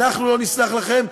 אנחנו לא נסלח לכם,